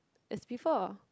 as before